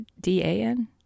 D-A-N